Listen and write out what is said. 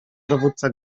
dowódca